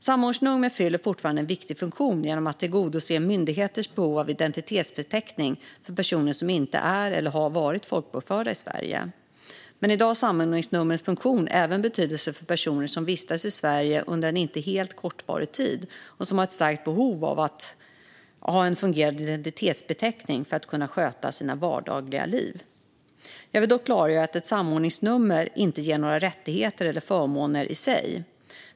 Samordningsnummer fyller fortfarande en viktig funktion genom att tillgodose myndigheters behov av en identitetsbeteckning för personer som inte är eller har varit folkbokförda i Sverige. Men i dag har samordningsnumrens funktion även betydelse för personer som vistas i Sverige under en inte helt kortvarig tid och som har ett starkt behov av att ha en fungerande identitetsbeteckning för att kunna sköta sina vardagliga liv. Jag vill dock klargöra att ett samordningsnummer inte ger några rättigheter eller förmåner i sig.